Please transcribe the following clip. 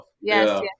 yes